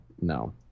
no